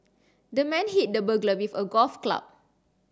the man hit the burglar with a golf club